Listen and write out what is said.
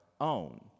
own